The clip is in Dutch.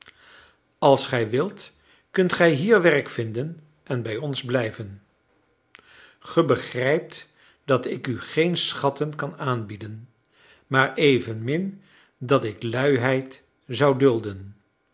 als gij wilt kunt gij hier werk vinden en bij ons blijven gij begrijpt dat ik u geen schatten kan aanbieden maar evenmin dat ik luiheid zou dulden